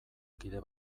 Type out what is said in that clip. kide